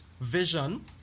vision